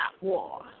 war